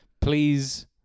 please